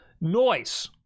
noise